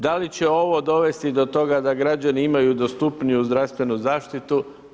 Da li će ovo dovesti do toga da građani imaju dostupniju zdravstvenu zaštitu?